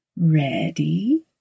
Ready